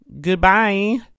Goodbye